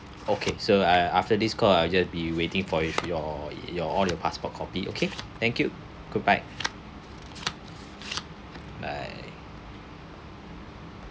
okay so uh after this call I'll just be waiting for you for your your all your passport copy okay thank you goodbye bye